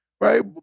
right